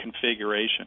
configuration